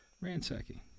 ransacking